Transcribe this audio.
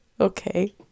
okay